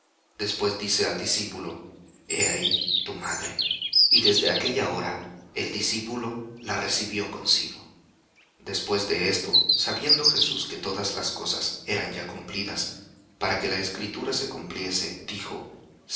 después dice al discípulo he ahí tu madre y desde aquella hora el discípulo la recibió consigo después de esto sabiendo jesús que todas las cosas eran ya cumplidas para que la escritura se cumpliese dijo